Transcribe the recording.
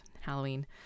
Halloween